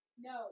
no